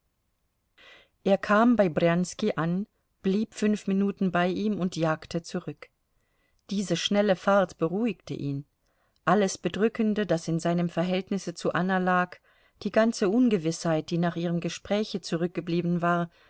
er kam bei brjanski an blieb fünf minuten bei ihm und jagte zurück diese schnelle fahrt beruhigte ihn alles bedrückende das in seinem verhältnisse zu anna lag die ganze ungewißheit die nach ihrem gespräche zurückgeblieben war